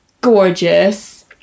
Gorgeous